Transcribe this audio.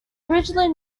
originally